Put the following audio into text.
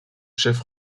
chefs